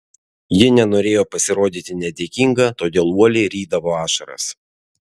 ji nenorėjo pasirodyti nedėkinga todėl uoliai rydavo ašaras